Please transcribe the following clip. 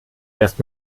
erst